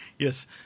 Yes